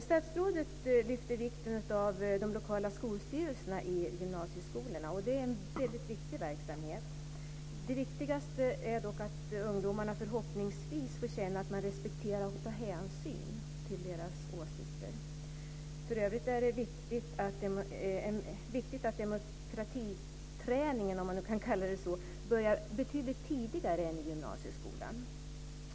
Statsrådet framhåller vikten av de lokala skolstyrelserna i gymnasieskolorna, och det är en väldigt viktig verksamhet. Det viktigaste är dock att ungdomarna förhoppningsvis får känna att man respekterar och tar hänsyn till deras åsikter. För övrigt är det viktigt att demokratiträningen, om man nu kan kalla det så, börjar betydligt tidigare än i gymnasieskolan.